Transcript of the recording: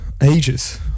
ages